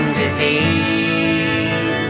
disease